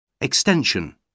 Extension